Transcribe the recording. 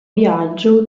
viaggio